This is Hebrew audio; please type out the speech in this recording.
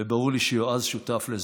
וברור לי שיועז שותף לזה.